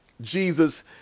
Jesus